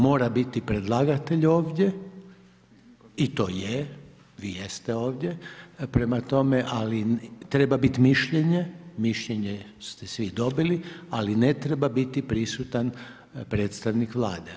Mora biti predlagatelj ovdje i to je, vi jeste ovdje, ali treba biti mišljenje, mišljenje ste svi dobili, ali ne treba biti prisutan predstavnik Vlade.